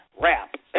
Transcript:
rap